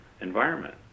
environment